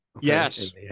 Yes